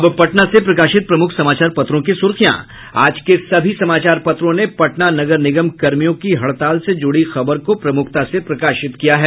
अब पटना से प्रकाशित प्रमुख समाचार पत्रों की सुर्खियां आज के सभी समाचार पत्रों ने पटना नगर निगम कर्मियों की हड़ताल से जुड़ी खबर को प्रमुखता से प्रकाशित किया है